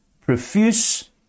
profuse